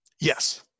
Yes